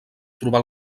trobar